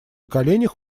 коленях